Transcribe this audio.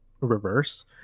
reverse